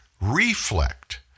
reflect